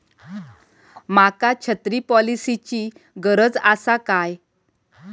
माका छत्री पॉलिसिची गरज आसा काय?